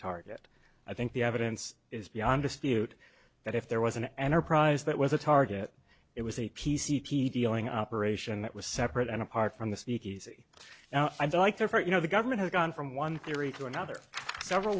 target i think the evidence is beyond dispute that if there was an enterprise that was a target it was a p c p dealing operation that was separate and apart from the speakeasy now i don't like therefore you know the government has gone from one theory to another several